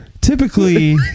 Typically